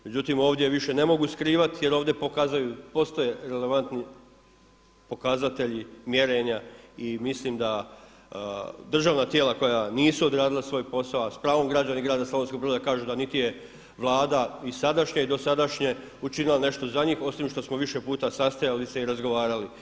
Međutim ovdje više ne mogu skrivati jer ovdje postoje relevantni pokazatelji mjerenja i mislim da državna tijela koja nisu odradila svoj posao, a s pravom građani grada Slavonskog Broda kažu da niti je Vlada i sadašnja i dosadašnje učinila nešto za njih osim što smo više puta sastajali se i razgovarali.